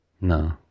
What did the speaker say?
No